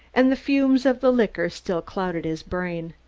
and the fumes of the liquor still clouded his brain.